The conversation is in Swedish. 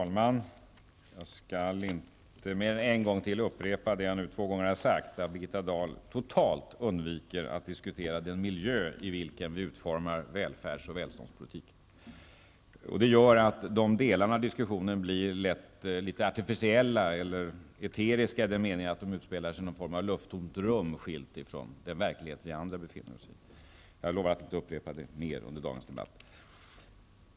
Herr talman! Bara en gång till upprepar jag vad jag redan har sagt två gånger, nämligen att Birgitta Dahl totalt undviker att diskutera den miljö i vilken vi utformar välfärds och välståndspolitiken. Det gör att de delarna av diskussionen lätt blir något artificiella -- eller eteriska, i den meningen att det hela utspelas i någon form av lufttomt rum skilt från den verklighet som vi andra befinner oss i. Jag lovar alltså att inte upprepa detta ännu en gång i dagens debatt.